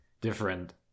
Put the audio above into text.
different